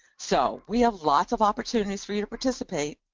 so, we have lots of opportunities for you to participate.